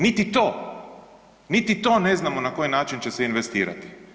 Niti to, niti to ne znamo na koji način će se investirati.